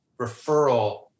referral